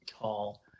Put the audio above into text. call